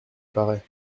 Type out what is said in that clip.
paraît